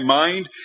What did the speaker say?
mind